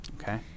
okay